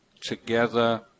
together